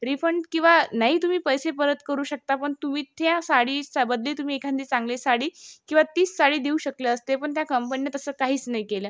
refund किंवा नाही तुम्ही पैसे परत करू शकता पन तुवी त्या साडीच्या बदली तुम्ही एखांदी चांगली साडी किंवा तीच साडी देऊ शकले असते पण त्या कंपनीने तसं काहीच नाही केलं